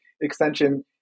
extension